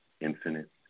infinite